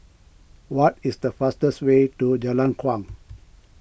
what is the fastest way to Jalan Kuang